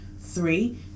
Three